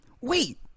wait